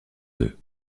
deux